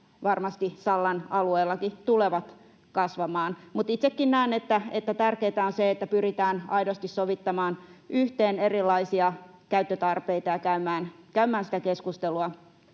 varmasti Sallan alueellakin tulevat kasvamaan. Itsekin näen, että tärkeätä on se, että pyritään aidosti sovittamaan yhteen erilaisia käyttötarpeita ja käymään sitä keskustelua.